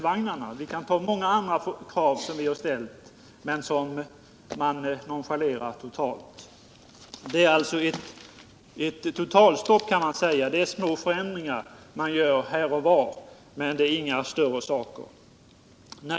Vi kan som exempel ta våra förslag beträffande järnvägsvagnarna och många andra krav som vi fört fram men som totalt har nonchalerats. Det görs små förändringar här och var, men det sker inga större reformer.